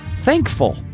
Thankful